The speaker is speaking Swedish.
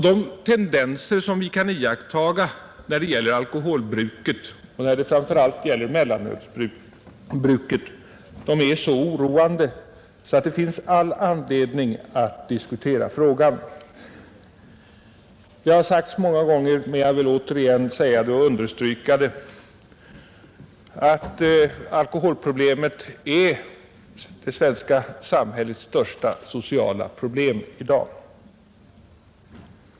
De tendenser som vi kan iakttaga när det gäller alkoholbruket och framför allt mellanölsbruket är så oroande att det finns all anledning att diskutera frågan. Det har sagts många gånger, men jag vill återigen understryka det, att alkoholproblemet är det svenska samhällets största sociala problem i dag.